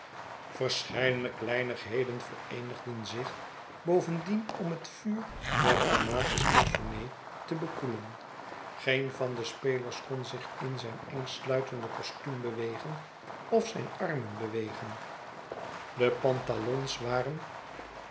verscheidene kleinigheden vereenigden zich bovendien om het vuur der dramatispersonae te bekoelen geen van de spelers kon zich in zijn eng sluitende kostuum bewegen of zijn armen bewegen de pantalons waren